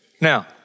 Now